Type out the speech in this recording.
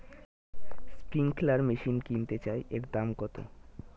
Sprinkler machine কিনতে চাই এর দাম কত?